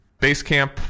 Basecamp